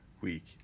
week